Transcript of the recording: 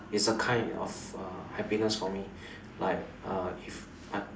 it's a kind of uh happiness for me like uh if